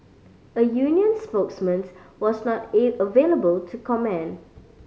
a union spokesman was not available to comment